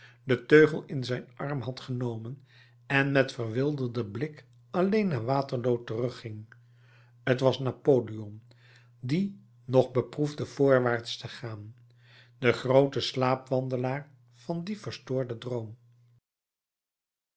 den teugel in zijn arm had genomen en met verwilderden blik alleen naar waterloo terugging t was napoleon die nog beproefde voorwaarts te gaan de groote slaapwandelaar van dien verstoorden droom